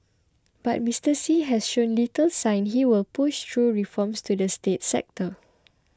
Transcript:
but Mister Xi has shown little sign he will push through reforms to the state sector